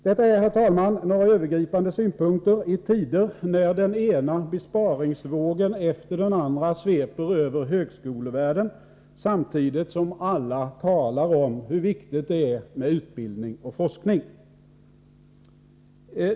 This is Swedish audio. Detta är, herr talman, några övergripande synpunkter, i tider när den ena besparingsvågen efter den andra sveper över högskolevärlden, samtidigt som alla talar om hur viktigt det är med utbildning och forskning.